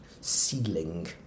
ceiling